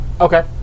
Okay